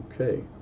Okay